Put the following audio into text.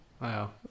Wow